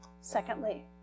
Secondly